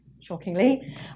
shockingly